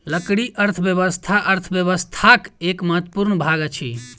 लकड़ी अर्थव्यवस्था अर्थव्यवस्थाक एक महत्वपूर्ण भाग अछि